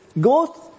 go